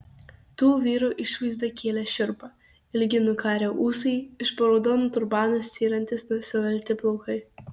tų vyrų išvaizda kėlė šiurpą ilgi nukarę ūsai iš po raudonų turbanų styrantys suvelti plaukai